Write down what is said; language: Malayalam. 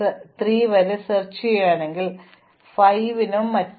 കാരണം ഈ കാലയളവിൽ ഞാൻ താഴേയ്ക്ക് പോയി അത് അവസാനിക്കുന്നതിനുമുമ്പ് ഞാൻ തിരിച്ചെത്തി